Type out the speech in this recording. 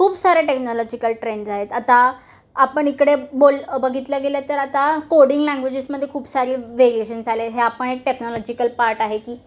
खूप सारे technological trends आहेत आता आपण इकडे बोल बघितलं गेलं तर आता कोडिंग लँग्वेजेसमध्ये खूप सारे वेरियशन्स आले हे आपण एक टेक्नॉलॉजिकल पार्ट आहे की